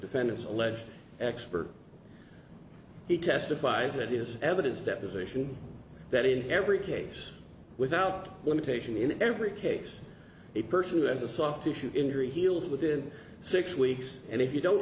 defendant's alleged expert he testified that he has evidence deposition that in every case without limitation in every case a person who has a soft tissue injury heals within six weeks and if you don't